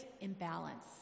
imbalance